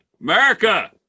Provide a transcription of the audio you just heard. America